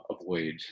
avoid